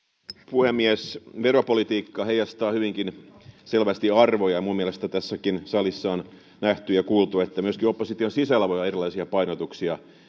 puhemies veropolitiikka heijastaa hyvinkin selvästi arvoja minun mielestäni tässäkin salissa on nähty ja kuultu että myöskin opposition sisällä voi olla erilaisia painotuksia